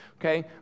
okay